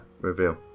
reveal